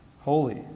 holy